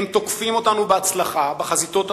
הם תוקפים אותנו בהצלחה בחזיתות הפומביות,